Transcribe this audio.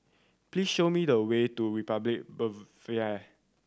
please show me the way to Republic